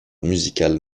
musical